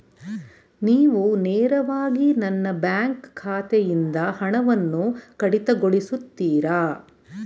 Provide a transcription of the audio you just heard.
ನೀವು ನೇರವಾಗಿ ನನ್ನ ಬ್ಯಾಂಕ್ ಖಾತೆಯಿಂದ ಹಣವನ್ನು ಕಡಿತಗೊಳಿಸುತ್ತೀರಾ?